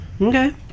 Okay